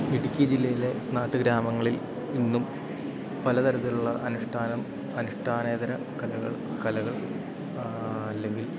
ഇടുക്കി ജില്ലയിലെ നാട്ടുഗ്രാമങ്ങളിൽ ഇന്നും പലതരത്തിലുള്ള അനുഷ്ഠാനം അനുഷ്ഠാനേതര കലകൾ കലകൾ അല്ലെങ്കിൽ